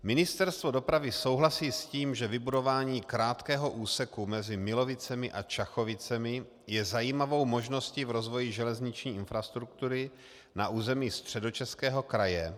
Ministerstvo dopravy souhlasí s tím, že vybudování krátkého úseku mezi Milovicemi a Čakovicemi je zajímavou možností v rozvoji železniční infrastruktury na území Středočeského kraje.